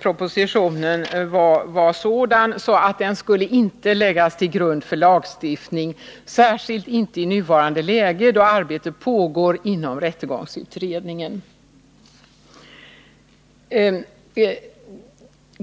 propositionen var sådan, att den inte borde läggas till grund för lagstiftning, särskilt inte i nuvarande läge, då arbete pågår inom rättegångsutredningen.